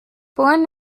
born